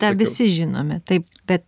tą visi žinome taip bet